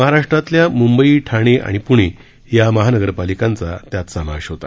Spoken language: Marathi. महाराष्ट्रातल्या मुंबई ठाणे आणि पुणे या महानगरपालिकांचा त्यात समावेश होता